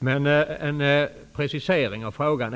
Herr talman!